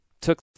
took